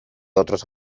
otros